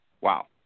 Wow